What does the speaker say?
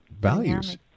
values